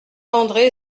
andré